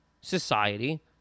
society